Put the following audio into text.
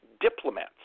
diplomats